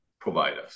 providers